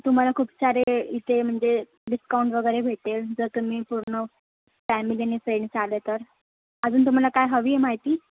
तुम्हाला खूप सारे इथे म्हणजे डिस्काउंट वगैरे भेटेल जर तुम्ही पूर्ण फॅमिली आणि फ्रेंडस आले तर अजून तुम्हाला काय हवी आहे माहिती